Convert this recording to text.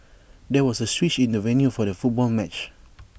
there was A switch in the venue for the football match